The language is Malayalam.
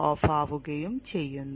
ഓഫ് ആവുകയും ചെയ്യുന്നു